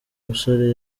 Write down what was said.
musore